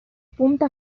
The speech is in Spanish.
punta